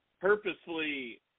purposely –